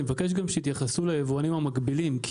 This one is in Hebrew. אני מבקש שיתייחסו גם ליבואנים המקבילים,